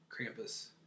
Krampus